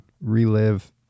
relive